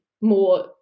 more